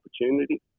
opportunity